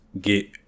get